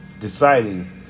deciding